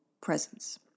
presence